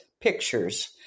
pictures